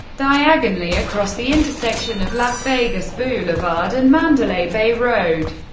diagonally across the intersection of las vegas boulevard and mandalay bay road.